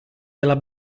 della